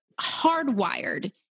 hardwired